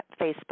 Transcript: Facebook